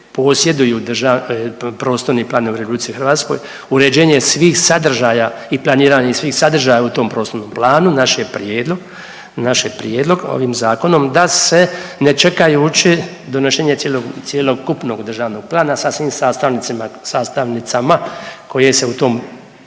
posjeduju prostorni plan u RH, uređenje svih sadržaja i planiranje svih sadržaja u tom prostornom planu naš je prijedlog, naš je prijedlog ovim zakonom da se ne čekajući cjelokupnog državnog plana sa svim sastavnicima, sastavnicama koje se u tom